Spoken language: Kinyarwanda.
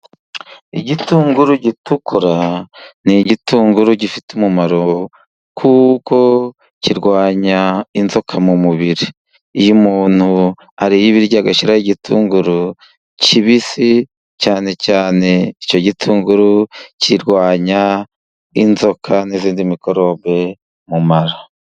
Igitunguru gitukura, ni igitunguru gifite umumaro kuko kirwanya inzoka mu mubiri, iyo umuntu ariye ibiryo agashyiraho igitunguru kibisi, cyane cyane icyo gitunguru kirwanya inzoka n'izindi mikorobe mu mara.